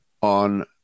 on